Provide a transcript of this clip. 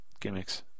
Gimmicks